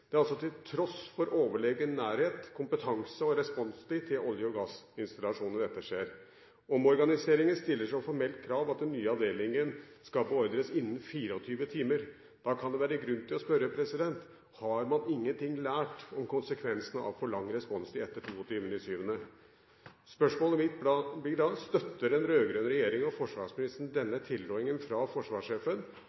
altså til tross for overlegen nærhet, kompetanse og responstid til olje- og gassinstallasjonene. Omorganiseringen stiller som formelt krav at den nye avdelingen skal beordres innen 24 timer. Da kan det være grunn til å spørre: Har man ingenting lært om konsekvensene av for lang responstid etter 22. juli? Spørsmålet mitt blir da: Støtter den rød-grønne regjeringen og forsvarsministeren